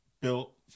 built